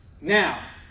Now